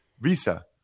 Visa